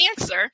answer